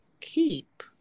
keep